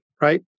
right